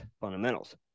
fundamentals